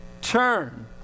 turn